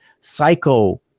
psycho